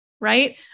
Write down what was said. right